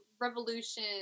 revolution